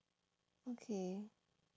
okay